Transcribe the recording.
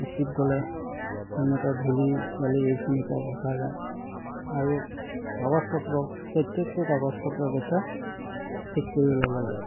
speed গ'লে হেলমেটত ধূলি বালি এইখিনিৰ পৰা বচা যায় আৰু কাগজ পত্ৰক প্ৰত্যেকটো কাগজ পত্ৰ কৈছে ঠিক কৰি ল'ব লাগে